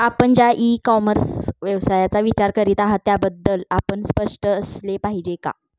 आपण ज्या e commerce व्यवसायाचा विचार करीत आहात त्याबद्दल आपण स्पष्ट असले पाहिजे का?